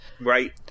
Right